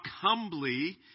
humbly